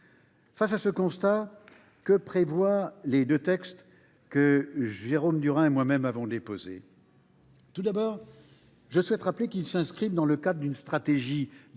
Face à ce constat, que prévoient les deux textes que Jérôme Durain et moi même avons déposés ?